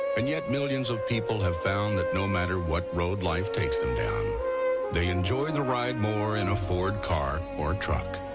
and yet millions of people have found that no matter wt road life takes them down they enjoy the ride more in ford car or truck.